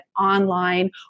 online